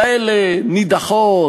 כאלה נידחות,